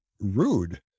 rude